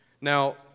Now